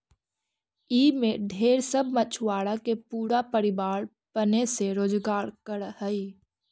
ई में ढेर सब मछुआरा के पूरा परिवार पने से रोजकार कर हई